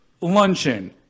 Luncheon